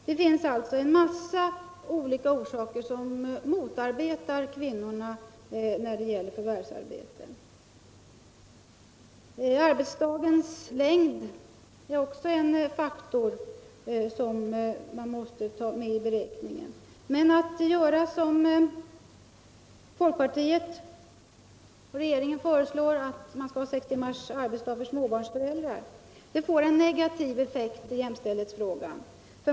Det finns alltså en massa olika orsaker som motarbetar kvinnorna när det gäller att förvärvsarbeta. Arbetsdagens längd är också en faktor man måste ta med i beräkningen. Men att, som folkpartiet och regeringen föreslår, tillämpa sex timmars arbetsdag för småbarnsföräldrar får en negativ effekt på jämställdhetsfrågan.